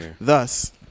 thus